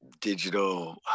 digital